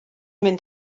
mynd